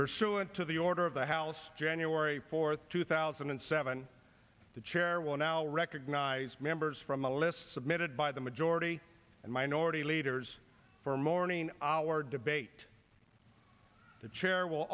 pursuant to the order of the house january fourth two thousand and seven the chair will now recognize members from a list submitted by the majority and minority leaders for morning hour debate the chair will